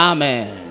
Amen